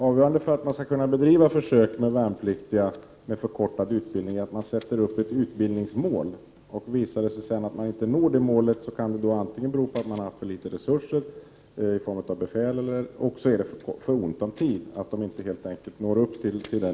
Avgörande för att man skall kunna bedriva försök med förkortad utbildning för värnpliktiga är att man sätter upp ett utbildningsmål. Visar det sig sedan att man inte når detta mål, kan det antingen bero på att man har haft för litet resurser i form av befäl eller på att man har haft alltför ont om tid.